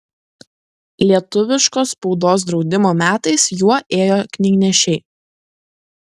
lietuviškos spaudos draudimo metais juo ėjo knygnešiai